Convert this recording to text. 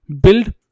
build